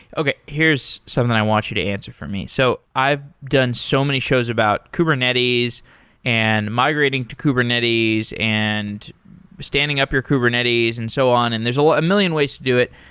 okay. here's something i want you to answer for me. so i've done so many shows about kubernetes and migrating to kubernetes and standing up your kubernetes and so on. and there's ah a million ways to do it,